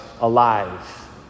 alive